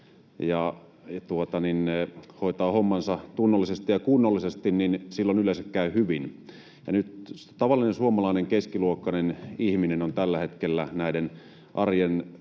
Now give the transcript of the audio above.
ja hoitaa hommansa tunnollisesti ja kunnollisesti, niin silloin yleensä käy hyvin. Nyt tavallinen suomalainen keskiluokkainen ihminen on tällä hetkellä näiden arjen